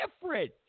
different